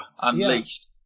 unleashed